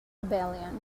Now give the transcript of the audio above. abelian